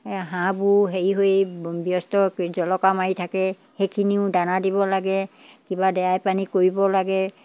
এই হাঁহবোৰ হেৰি হৈ ব্যস্ত জলকা মাৰি থাকে সেইখিনিও দানা দিব লাগে কিবা দেৱাই পানী কৰিব লাগে